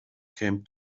came